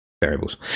variables